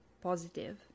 positive